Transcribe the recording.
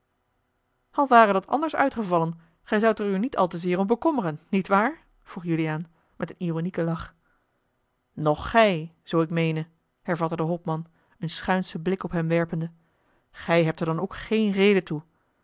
al ware dat anders uitgevallen gij zoudt er u niet al te zeer om bekommeren niet waar vroeg juliaan met een ironieken lach noch gij zoo ik meene hervatte de hopman een schuinschen blik op hem werpende gij hebt er dan ook geen reden toe